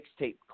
mixtape